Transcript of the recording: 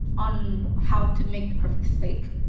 on how to make the perfect steak.